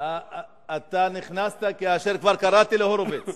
אתה נכנסת כאשר כבר קראתי להורוביץ.